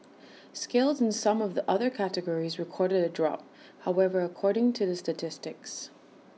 sales in some of the other categories recorded A drop however according to the statistics